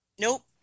nope